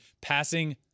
passing